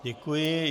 Děkuji.